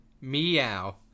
Meow